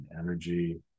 energy